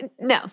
no